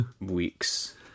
weeks